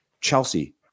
Chelsea